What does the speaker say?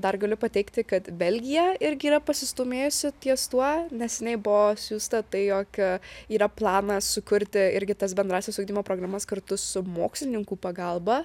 dar galiu pateikti kad belgija irgi yra pasistūmėjusi ties tuo neseniai buvo siųsta tai jog yra planas sukurti irgi tas bendrąsias ugdymo programas kartu su mokslininkų pagalba